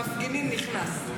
שלמה קרעי נכנס.